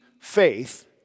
faith